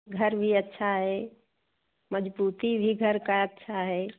घर भी अच्छा है मज़बूती भी घर की अच्छी है